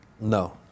No